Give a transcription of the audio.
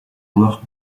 joueur